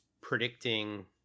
predicting